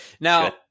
now